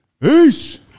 Peace